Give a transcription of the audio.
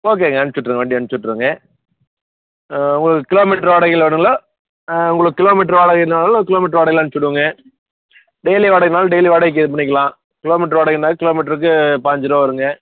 ஓகேங்க அனுப்பிச்சுட்றேங்க வண்டி அனுப்பிச்சுட்றேங்க உங்களுக்கு கிலோ மீட்ரு வாடகையில் வேணுங்களா உங்களுக்கு கிலோ மீட்ரு வாடகையில் வேணுன்னாலும் நான் கிலோ மீட்ரு வாடகையில் அனுப்பிச்சுடுவேங்க டெய்லி வாடகைன்னாலும் டெய்லி வாடகைக்கு இது பண்ணிக்கலாம் கிலோ மீட்ரு வாடகைன்னாலும் கிலோ மீட்ருக்கு பாஞ்சு ருபா வருங்க